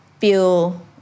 feel